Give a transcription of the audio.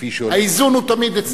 כפי שעולה, האיזון הוא תמיד אצלי.